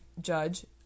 judge